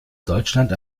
deutschland